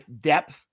depth